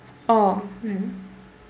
oh